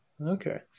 okay